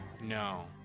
No